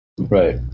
Right